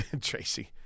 Tracy